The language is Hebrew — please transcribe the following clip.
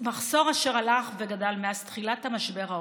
מחסור אשר הלך וגדל מאז תחילת המשבר העולמי,